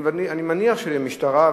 אני מניח שהמשטרה,